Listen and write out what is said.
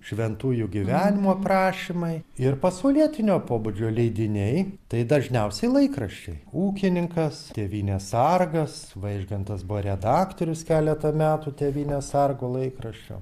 šventųjų gyvenimų aprašymai ir pasaulietinio pobūdžio leidiniai tai dažniausiai laikraščiai ūkininkas tėvynės sargas vaižgantas buvo redaktorius keletą metų tėvynės sargo laikraščio